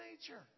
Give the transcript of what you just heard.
nature